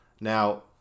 now